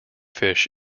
fish